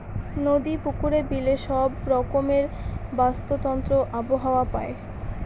নদী, পুকুরে, বিলে সব রকমের বাস্তুতন্ত্র আবহাওয়া পায়